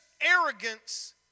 arrogance